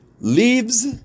Leaves